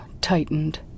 tightened